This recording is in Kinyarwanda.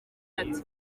ati